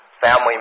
family